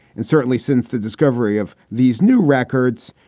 and certainly since the discovery of these new records,